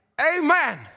Amen